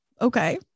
okay